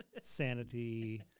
Sanity